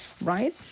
right